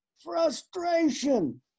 Frustration